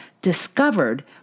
discovered